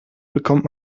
bekommt